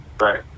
Right